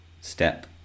step